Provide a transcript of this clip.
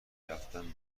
رفتن